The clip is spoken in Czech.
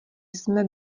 jsme